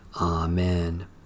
Amen